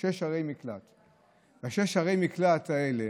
המקלט האלה,